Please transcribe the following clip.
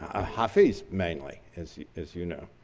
a hafez mainly as you as you know.